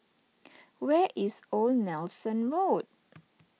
where is Old Nelson Road